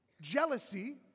jealousy